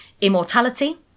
immortality